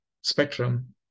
spectrum